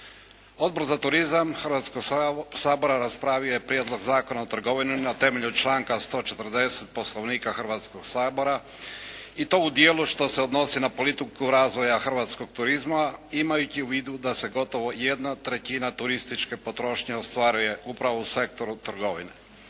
Odbor za turizam Hrvatskoga sabora raspravio je Prijedlog zakona o trgovini na temelju članka 140. Poslovnika Hrvatskoga sabora i to u dijelu što se odnosi na politiku razvoja hrvatskog turizma imajući u vidu da se gotovo jedna trećina turističke potrošnje ostvaruje upravo u sektoru trgovine.